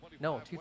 No